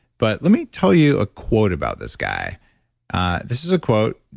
but let me tell you a quote about this guy ah this is a quote.